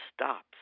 stops